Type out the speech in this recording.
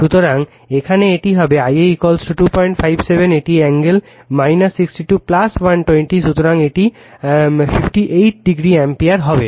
সুতরাং এখানে এটি হবে Ia 257 একটি কোণ 62 120 সুতরাং এটি 58 o অ্যাম্পিয়ার হবে